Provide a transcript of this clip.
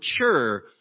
mature